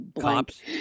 Cops